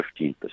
15%